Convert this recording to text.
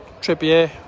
Trippier